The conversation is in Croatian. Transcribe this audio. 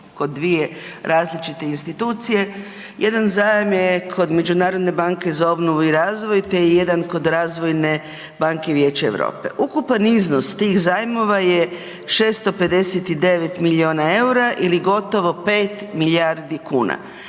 kod 2 različite institucije. Jedan zajam je kod Međunarodne banke za obnovu i razvoj, te je jedan kod Razvojne banke Vijeća Europe. Ukupan iznos tih zajmova je 659 milijuna EUR-a ili gotovo 5 milijardi kuna.